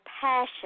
passion